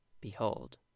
behold